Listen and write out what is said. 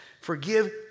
Forgive